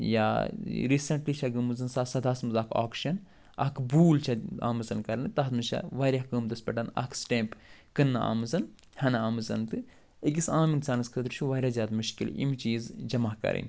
یا ریٖسنٛٹلی چھےٚ گٔمٕژ زٕ ساس سدہس منٛز اکھ آکشن اکھ بوٗلۍ چھےٚ اَتہِ آمٕژ کرنہٕ تتھ منٛز چھےٚ وارِیاہ قۭمتس پٮ۪ٹھ اکھ سِٹٮ۪مپ کٕننہٕ آمٕژ ہٮ۪نہٕ آمٕژ تہٕ أکِس عام اِنسانس خٲطرٕ چھُ وارِیاہ زیادٕ مُشکِل یِم چیٖز جمع کَرٕنۍ